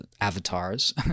avatars